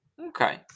okay